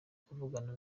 kuvugana